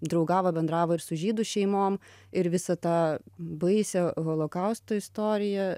draugavo bendravo ir su žydų šeimom ir visą tą baisią holokausto istoriją